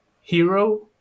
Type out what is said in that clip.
hero